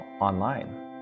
online